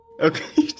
Okay